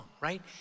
right